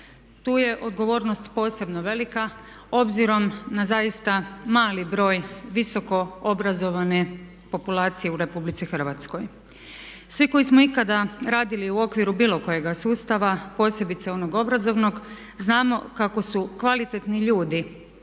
Tu je odgovornost posebno velika obzirom na zaista mali broj visoko obrazovane populacije u Republici Hrvatskoj. Svi koji smo ikada radili u okviru bilo kojega sustava posebice onog obrazovnog znamo kako su kvalitetni ljudi